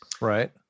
right